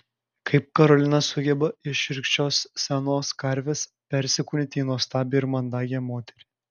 kaip karolina sugeba iš šiurkščios senos karvės persikūnyti į nuostabią ir mandagią moterį